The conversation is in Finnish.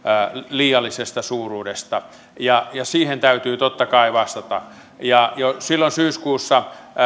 liiallisesta suuruudesta ja siihen täytyy totta kai vastata jo silloin syyskuussa